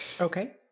Okay